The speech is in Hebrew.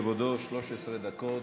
כבודו ידבר 13 דקות.